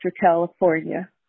California